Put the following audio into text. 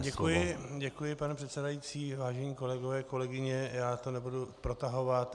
Děkuji, pane předsedající, vážení kolegové, kolegyně, já to nebudu protahovat.